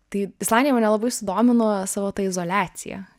tai islandija mane labai sudomino savo ta izoliacija